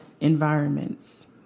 environments